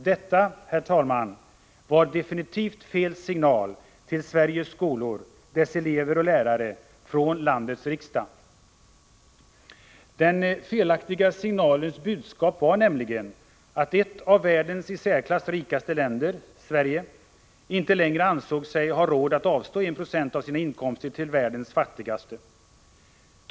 Detta var definitivt fel signal till Sveriges skolor, dess elever och lärare, från landets riksdag. Den felaktiga signalens budskap var nämligen att ett av världens rikaste länder — Sverige - inte längre ansåg sig ha råd att avstå 1 26 av sina inkomster till världens fattigaste länder.